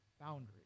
boundaries